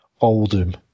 Oldham